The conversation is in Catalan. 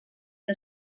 era